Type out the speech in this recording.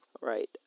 Right